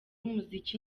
umuziki